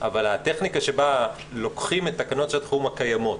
אבל הטכניקה שבה לוקחים את תקנות שעת החירום הקיימות,